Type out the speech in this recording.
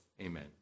Amen